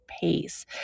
pace